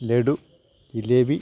laddu jalebi